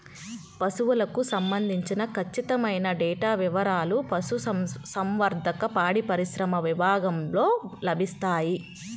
పశువులకు సంబంధించిన ఖచ్చితమైన డేటా వివారాలు పశుసంవర్ధక, పాడిపరిశ్రమ విభాగంలో లభిస్తాయి